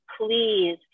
please